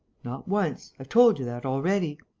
not once i've told you that already.